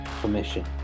permission